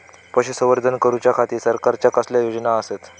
पशुसंवर्धन करूच्या खाती सरकारच्या कसल्या योजना आसत?